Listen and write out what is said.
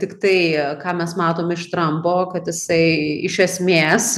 tiktai ką mes matom iš trampo kad jisai iš esmės